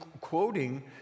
quoting